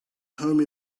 home